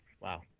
Wow